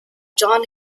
john